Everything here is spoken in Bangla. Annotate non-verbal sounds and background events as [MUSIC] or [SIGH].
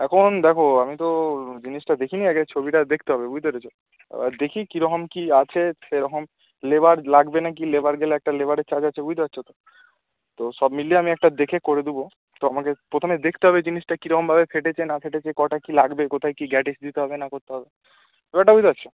এখন দেখো আমি তো জিনিসটা দেখিনি আগে ছবিটা দেকতে হবে বুঝতে পেরেছো দেখি কীরকম কী আছে সেরকম লেবার লাগবে না কি লেবার গেলে একটা লেবারের চার্জ আছে বুঝতে পারছো তো তো সব মিলিয়ে আমি একটা দেখে করে দেব তো আমাকে প্রথমে দেখতে হবে জিনিসটা কী রকমভাবে ফেটেছে না ফেটেছে কটা কী লাগবে কোথায় কী [UNINTELLIGIBLE] দিতে হবে না করতে হবে ব্যাপারটা বুঝতে পারছো